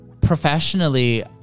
professionally